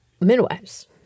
midwives